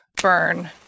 Burn